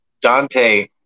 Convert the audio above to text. Dante